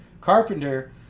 Carpenter